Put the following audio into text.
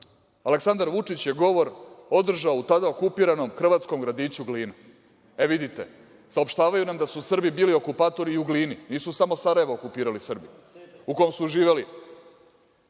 Aleksandar Vučić je govor održao u tada okupiranom hrvatskom gradiću Glina. Vidite, saopštavaju nam da su Srbi bili okupatori i u Glini, nisu samo Sarajevo okupirali Srbi u kom su živeli,